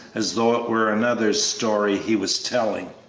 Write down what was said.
as though it were another's story he was telling.